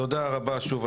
תודה רבה שוב,